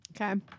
Okay